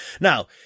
Now